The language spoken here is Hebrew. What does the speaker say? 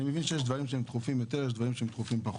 אני מבין שיש דברים שהם דחופים יותר ויש דברים שהם דחופים פחות.